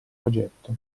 progetto